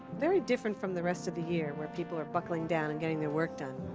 very different from the rest of the year, where people are buckling down and getting their work done.